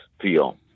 feel